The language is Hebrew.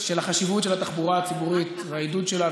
החשיבות של התחבורה הציבורית והעידוד שלה,